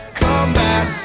comeback